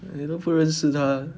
你都不认识她